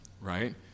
right